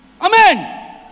amen